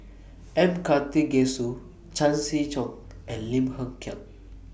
M Karthigesu Chan Chee Seng and Lim Hng Kiang